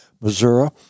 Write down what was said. missouri